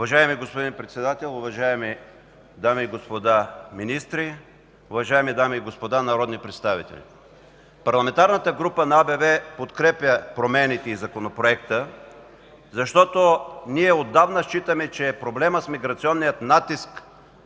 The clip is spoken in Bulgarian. Уважаеми господин Председател, уважаеми дами и господа министри, уважаеми дами и господа народни представители! Парламентарната група на АБВ подкрепя промените и законопроекта, защото ние отдавна считаме, че проблемът с миграционния натиск